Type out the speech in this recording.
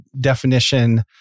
definition